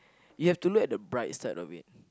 you have to look at the bright side of it